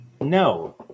No